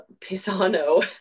Pisano